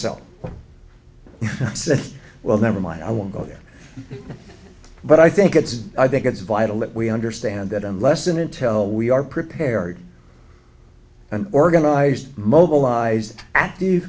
self well never mind i won't go there but i think it's i think it's vital that we understand that unless and until we are prepared an organized mobilized active